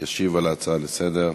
ישיב על ההצעה לסדר-היום.